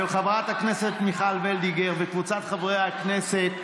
של חברת הכנסת מיכל וולדיגר וקבוצת חברי הכנסת,